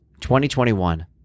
2021